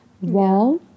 wall